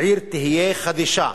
העיר תהיה חדישה